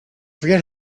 forget